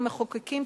כמחוקקים,